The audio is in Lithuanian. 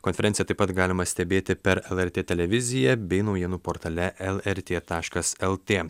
konferenciją taip pat galima stebėti per lrt televiziją bei naujienų portale lrt taškas lt